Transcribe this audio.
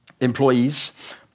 employees